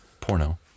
Porno